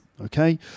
Okay